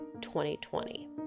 2020